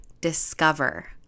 discover